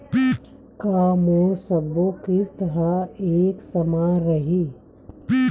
का मोर सबो किस्त ह एक समान रहि?